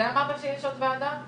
אני מקווה שנוכל להציג נוסח סופי